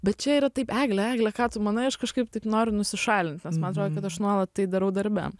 bet čia yra taip egle egle ką tu manai aš kažkaip taip noriu nusišalint nes man atrodo kad aš nuolat tai darau darbe